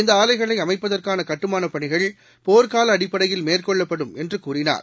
இந்தஆலைகளைஅமைப்பதற்கானகட்டுமானப் பணிகள் போர்க்காலஅடிப்படையில் மேற்கொள்ளப்படும் என்றுகூறினார்